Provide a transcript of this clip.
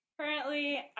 currently